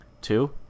Two